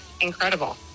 incredible